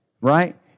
right